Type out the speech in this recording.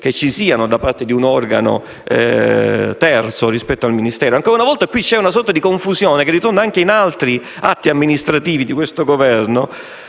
giusto siano in capo a un organo terzo rispetto al Ministero. Ancora una volta, c'è una sorta di confusione che ritorna anche in altri atti amministrativi di questo Governo